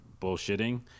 bullshitting